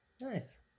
Nice